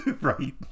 Right